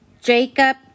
Jacob